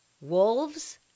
Wolves